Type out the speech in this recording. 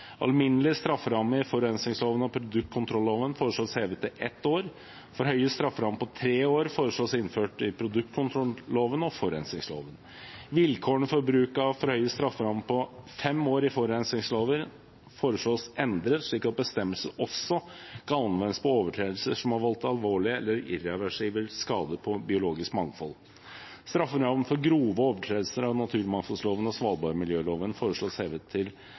Alminnelig strafferamme i forurensningsloven og produktkontrolloven foreslås hevet til ett år. Forhøyet strafferamme på tre år foreslås innført i produktkontrolloven og forurensningsloven. Vilkårene for bruk av forhøyet strafferamme på fem år i forurensningsloven foreslås endret slik at bestemmelsen også kan anvendes på overtredelser som har voldt alvorlig eller irreversibel skade på biologisk mangfold. Strafferammen for grove overtredelser av naturmangfoldloven og svalbardmiljøloven foreslås hevet til